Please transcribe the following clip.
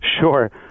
Sure